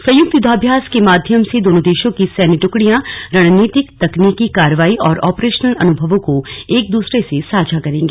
संयुक्त युद्धाभ्यास के माध्यम से दोनों देशों की सैन्य टुकड़ियां रणनीतिक तकनीकि कार्रवाई और ऑपरेशनल अन्भवों को एक दूसरे से साझा करेंगे